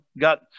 got